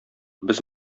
без